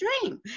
dream